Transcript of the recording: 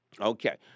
Okay